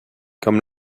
comme